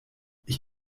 ich